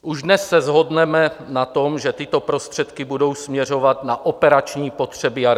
Už dnes se shodneme na tom, že tyto prostředky budou směřovat na operační potřeby armády.